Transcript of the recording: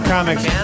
Comics